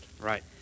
Right